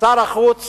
שר החוץ